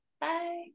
Bye